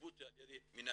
תרבות זה על ידי מנהגים,